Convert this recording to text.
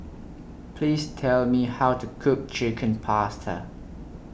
Please Tell Me How to Cook Chicken Pasta